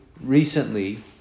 recently